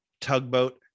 tugboat